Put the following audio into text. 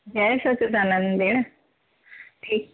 जय सचिदानंद भेण ठीकु